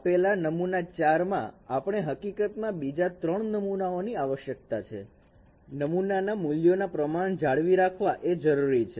આપેલા નમુના 4 માં આપણે હકીકતમાં બીજા 3 નમૂનાઓની આવશ્યકતા છે નમુના ના મૂલ્યો પ્રમાણ જાળવી રાખવા એ જરૂરી છે